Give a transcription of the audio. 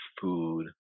food